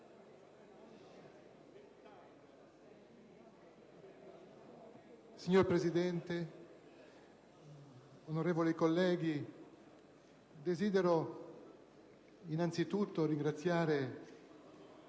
Signor Presidente, onorevoli colleghi, desidero innanzitutto ringraziare